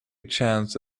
chance